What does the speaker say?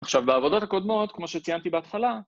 ‫עכשיו, בעבודות הקודמות, ‫כמו שציינתי בהתחלה...